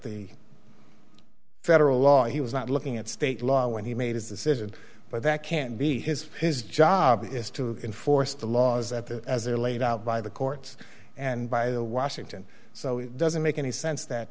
the federal law he was not looking at state law when he made his decision but that can't be his his job is to enforce the laws at that as they are laid out by the courts and by the washington so it doesn't make any sense that